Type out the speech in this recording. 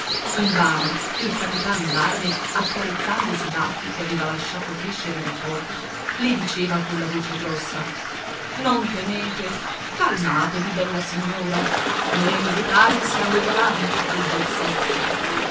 invano il capitan d'arme accarezzandosi i baffi che aveva lasciato crescere da poco le diceva colla voce grossa non temete calmatevi bella signora noi militari siamo galanti col bel sesso